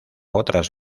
otras